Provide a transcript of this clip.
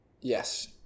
yes